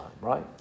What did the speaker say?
right